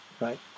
right